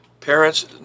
parents